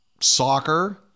soccer